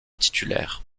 titulaire